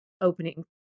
opening